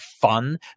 fun